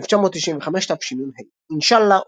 1995 תשנ"ה אינשאללה,